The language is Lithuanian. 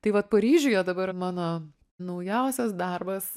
tai vat paryžiuje dabar mano naujausias darbas